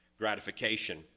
gratification